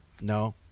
No